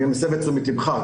אני מסב את תשומת לך.